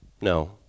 no